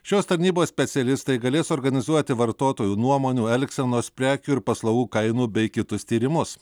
šios tarnybos specialistai galės organizuoti vartotojų nuomonių elgsenos prekių ir paslaugų kainų bei kitus tyrimus